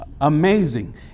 amazing